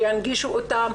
שינגישו אותם,